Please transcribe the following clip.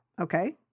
Okay